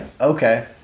okay